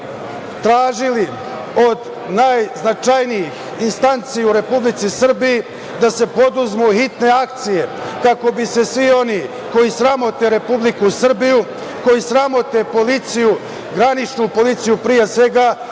tražili od najznačajnijih instanci u Republici Srbiji da se preduzmu hitne akcije kako bi se svi oni koju sramote Republiku Srbiju, koji sramote policiju, graničnu policiju pre svega